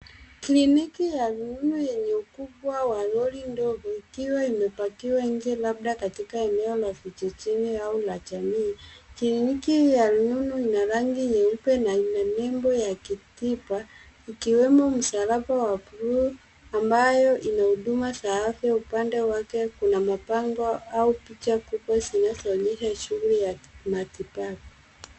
Kliniki ya rununu yenye ukubwa wa lori ndogo, ikiwa imepakiwa nje, labda katika eneo la vijijini au la jamii. Kliniki hii ya rununu ina rangi nyeupe na ina nembo ya kitipa, ikiwemo msalaba wa blue , ambayo ina huduma za afya. Upande wake kuna mabango au picha kubwa zinazoonyesha shughuli ya matibabu.